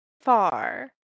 far